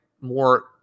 more